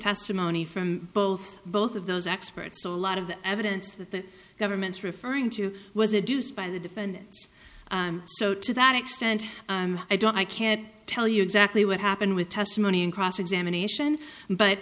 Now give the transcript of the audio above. testimony from both both of those experts so a lot of the evidence that the government's referring to was a deuce by the defendants so to that extent i don't i can't tell you exactly what happened with testimony and cross examination but